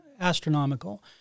astronomical